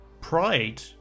pride